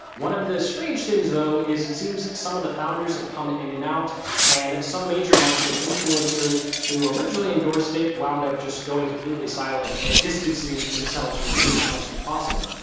one of the strange things though, is it seems some of the founders have come in and out and some major marketing influencers who originally endorsed it, wound up just going completely silent and distancing themselves from the team as much as possible.